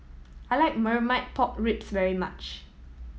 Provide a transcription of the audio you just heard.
I like Marmite Pork Ribs very much